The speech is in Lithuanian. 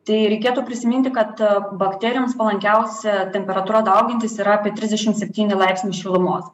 tai reikėtų prisiminti kad bakterijoms palankiausia temperatūra daugintis yra apie trisdešimt septyni laipsniai šilumos